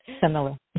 Similar